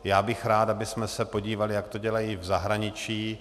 Já bych rád, abychom se podívali, jak to dělají v zahraničí.